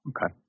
Okay